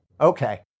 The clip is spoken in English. Okay